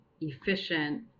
efficient